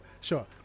sure